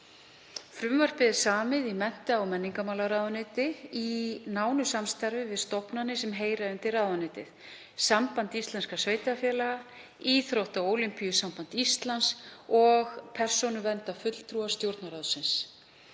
Frumvarpið er samið í mennta- og menningarmálaráðuneyti í nánu samstarfi við stofnanir sem heyra undir ráðuneytið, Samband íslenskra sveitarfélaga, Íþrótta- og Ólympíusamband Íslands og persónuverndarfulltrúa Stjórnarráðsins.